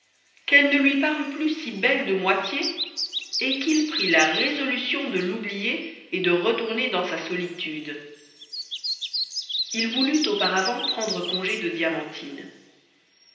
qu'elle ne lui parut plus si belle de moitié et qu'il prit la résolution de l'oublier et de retourner dans sa solitude il voulut auparavant prendre congé de diamantine